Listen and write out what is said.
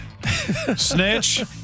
Snitch